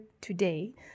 today